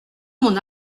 mon